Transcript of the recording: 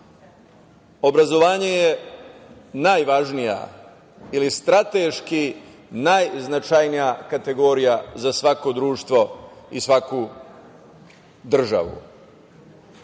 Obrazovanje je najvažnija ili strateški najznačajnija kategorija za svako društvo i svaku državu.Za